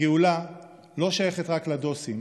הגאולה לא שייכת רק לדוסים